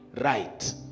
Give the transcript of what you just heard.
right